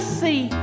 see